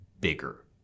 bigger